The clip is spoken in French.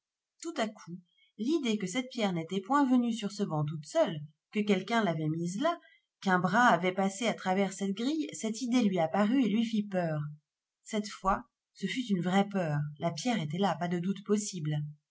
tout à coup l'idée que cette pierre n'était point venue sur ce banc toute seule que quelqu'un l'avait mise là qu'un bras avait passé à travers cette grille cette idée lui apparut et lui fit peur cette fois ce fut une vraie peur la pierre était là pas de doute possible